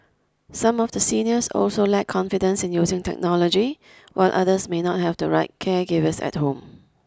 some of the seniors also lack confidence in using technology while others may not have the right caregivers at home